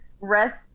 rest